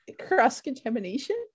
cross-contamination